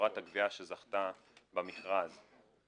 לחברת הגבייה שזכתה במכרז.